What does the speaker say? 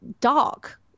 dark